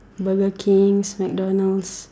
Burger King's McDonald's